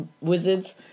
wizards